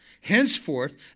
henceforth